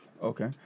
Okay